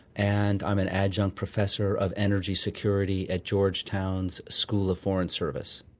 and i'm an adjunct professor of energy security at georgetown's school of foreign service